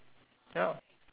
ya